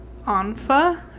Anfa